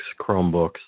chromebooks